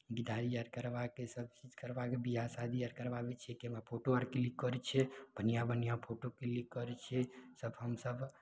घी ढारी जा करबाके तकरा बाद बियाह शादी आर करबाबय छियै तऽ फोटो आर क्लिक करय छियै बढ़िआँ बढ़िआँ फोटो क्लिक करय छियै तब हमसब